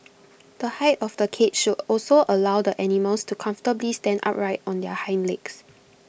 the height of the cage should also allow the animals to comfortably stand upright on their hind legs